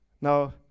Now